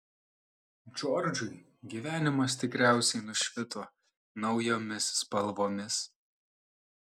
džordžui gyvenimas tikriausiai nušvito naujomis spalvomis